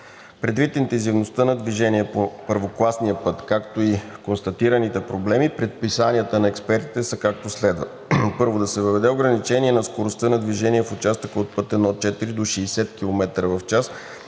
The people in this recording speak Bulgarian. Предвид интензивността на движение по първокласния път, както и констатираните проблеми, предписанията на експертите са, както следва: Първо, да се въведе ограничение на скоростта на движение в участъка от път I-4 до 60 км в час;